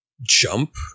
jump